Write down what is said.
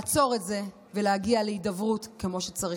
לעצור את זה ולהגיע להידברות כמו שצריך.